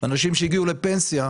אנשים שהגיעו לפנסיה,